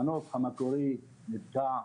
המנוף המקורי נתקע.